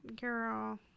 girl